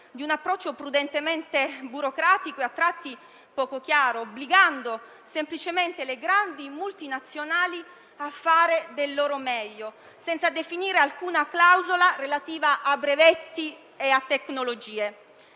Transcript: di un approccio prudentemente burocratico e a tratti poco chiaro, obbligando semplicemente le grandi multinazionali a fare del loro meglio, senza definire alcuna clausola relativa a brevetti e tecnologie.